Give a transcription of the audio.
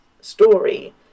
story